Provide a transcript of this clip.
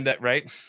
right